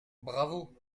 bravo